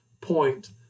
point